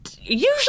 Usually